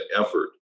effort